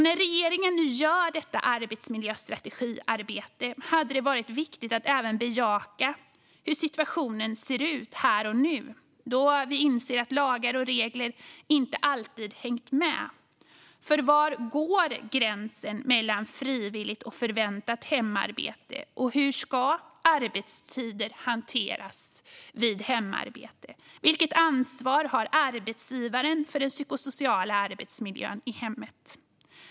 När regeringen nu gör detta strategiarbete för arbetsmiljön är det viktigt att bejaka hur situationen ser ut här och nu. Vi inser att lagar och regler inte alltid har hängt med. Var går gränsen mellan frivilligt och förväntat hemarbete, och hur ska arbetstider hanteras vid hemarbete? Vilket ansvar har arbetsgivaren för den psykosociala arbetsmiljön i hemmet?